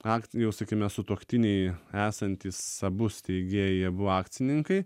ak jau sakykime sutuoktiniai esantys abu steigėjai abu akcininkai